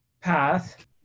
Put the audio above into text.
path